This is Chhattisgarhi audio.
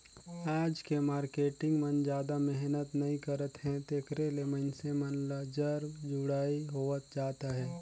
आज के मारकेटिंग मन जादा मेहनत नइ करत हे तेकरे ले मइनसे मन ल जर जुड़ई होवत जात अहे